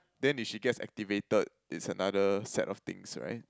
then if she gets activated it's another set of things right